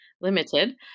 Limited